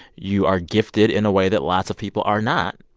you are gifted in a way that lots of people are not.